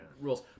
rules